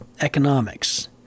economics